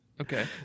Okay